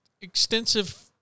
extensive